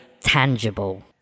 tangible